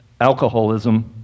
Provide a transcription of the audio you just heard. alcoholism